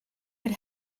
but